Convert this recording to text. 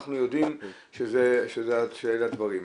אנחנו יודעים שאלה הדברים.